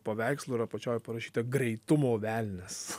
paveikslu ir apačioj parašyta greitumo velnias